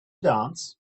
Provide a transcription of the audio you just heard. dance